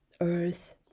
earth